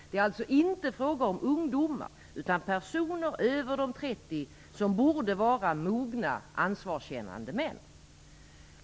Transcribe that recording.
Det är alltså inte fråga om ungdomar utan personer över 30, som borde vara mogna, ansvarskännande män.